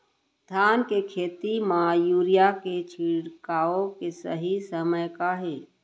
धान के खेती मा यूरिया के छिड़काओ के सही समय का हे?